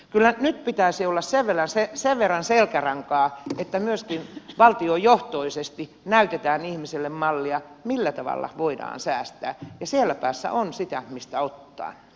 kyllä nyt pitäisi olla sen verran selkärankaa että myöskin valtiojohtoisesti näytetään ihmisille mallia millä tavalla voidaan säästää ja siellä päässä on sitä mistä ottaa